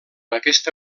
aquesta